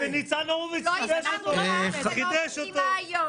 ואני לא מסכימה היום.